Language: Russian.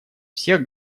всех